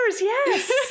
Yes